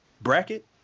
bracket